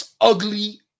ugly